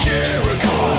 Jericho